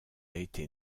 été